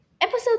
Episode